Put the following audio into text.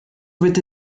bitte